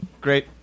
Great